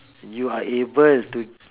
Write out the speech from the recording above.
you are able to